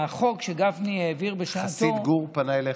אמרו לו שהחוק שגפני העביר, חסיד גור פנה אליך?